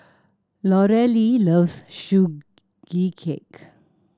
Lorelei loves Sugee Cake